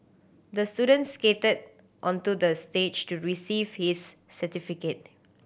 the student skated onto the stage to receive his certificate